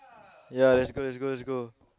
ya let's go let's go let's go